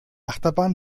achterbahn